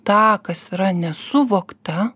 tą kas yra nesuvokta